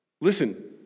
Listen